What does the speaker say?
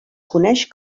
coneix